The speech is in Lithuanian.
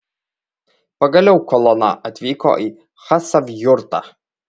pagaliau kolona atvyko į chasavjurtą